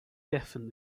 deafened